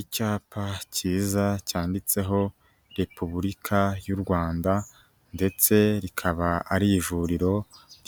Icyapa cyiza cyanditseho Repubulika y'u Rwanda ndetse rikaba ari ivuriro